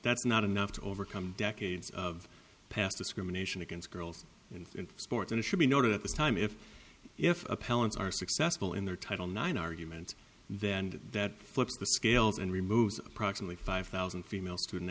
that's not enough to overcome decades of past discrimination against girls in sports and it should be noted at this time if if parents are successful in their title nine argument then that flips the scales and removes approximately five thousand female student